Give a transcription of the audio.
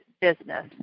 business